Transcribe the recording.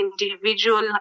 individual